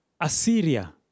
Assyria